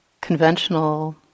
conventional